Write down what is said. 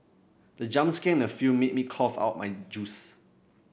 the jump scare in the film made me cough out my juice